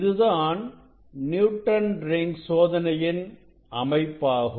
இதுதான் Newton rings சோதனையின் அமைப்பாகும்